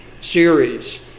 series